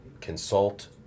consult